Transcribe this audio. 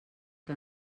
que